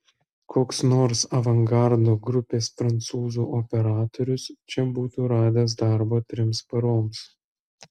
koks nors avangardo grupės prancūzų operatorius čia būtų radęs darbo trims paroms